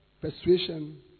persuasion